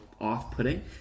off-putting